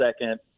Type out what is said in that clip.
second